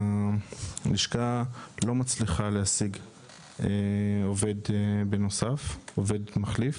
הלשכה לא מצליחה להשיג עובד מחליף.